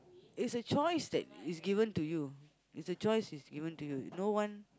it's a choice that is given to you it's a choice is given to you no one